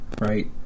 right